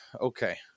Okay